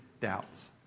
doubts